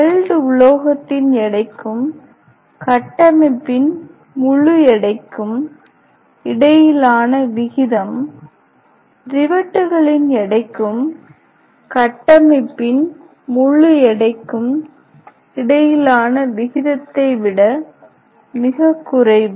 weld உலோகத்தின் எடைக்கும் கட்டமைப்பின் முழு எடைக்கும் இடையிலான விகிதம் ரிவெட்டுகளின் எடைக்கும் கட்டமைப்பின் முழு எடைக்கும் இடையிலான விகிதத்தை விட மிகக் குறைவு